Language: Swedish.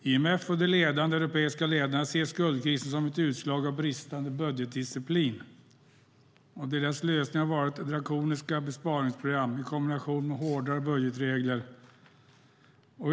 IMF och de ledande europeiska ledarna ser skuldkrisen som ett utslag av bristande budgetdisciplin. Deras lösning har varit drakoniska besparingsprogram i kombination med hårdare budgetregler.